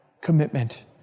commitment